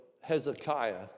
Hezekiah